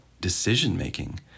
decision-making